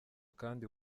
kandi